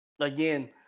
again